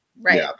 Right